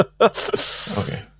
okay